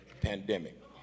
pandemic